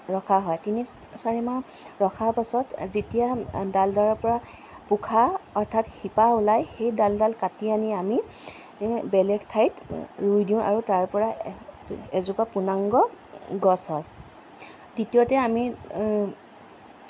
ৰখা হয় তিনি চাৰি মাহ ৰখাৰ পাছত যেতিয়া ডালডালৰ পৰা পোখা অৰ্থাৎ শিপা ওলায় সেই ডালডাল কাটি আনি আমি বেলেগ ঠাইত ৰুই দিওঁ আৰু তাৰ পৰা এ এজোপা পূৰ্ণাংগ গছ হয় দ্বিতীয়তে আমি